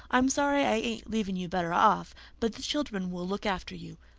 i'm sorry i ain't leaving you better off but the children will look after you.